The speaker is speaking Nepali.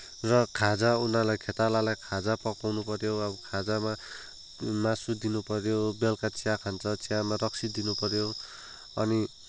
र खाजा उनीहरूलाई खेतालालाई खाजा पकाउनुपऱ्यो अब खाजामा मासु दिनुपऱ्यो बेलुका चिया खान्छ चियामा रक्सी दिनुपऱ्यो अनि